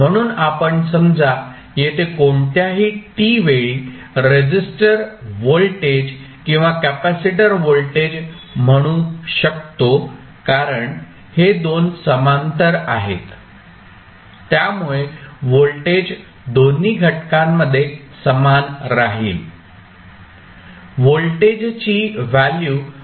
म्हणून आपण समजा येथे कोणत्याही t वेळी रेजीस्टर व्होल्टेज किंवा कॅपेसिटर व्होल्टेज म्हणू शकतो कारण हे दोन समांतर आहेत त्यामुळे व्होल्टेज दोन्ही घटकांमध्ये समान राहील व्होल्टेज ची व्हॅल्यू म्हणजे V